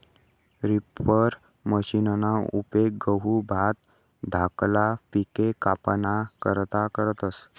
reaper मशिनना उपेग गहू, भात धाकला पिके कापाना करता करतस